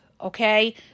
okay